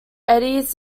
eddies